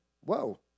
whoa